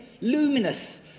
Luminous